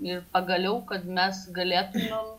ir pagaliau kad mes galėtumėm